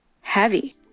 heavy